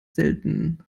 selten